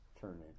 turning